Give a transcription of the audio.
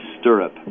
stirrup